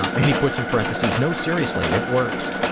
and he puts in parenthesis, no seriously, it works.